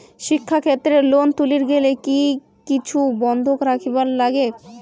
শিক্ষাক্ষেত্রে লোন তুলির গেলে কি কিছু বন্ধক রাখিবার লাগে?